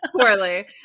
Poorly